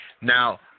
now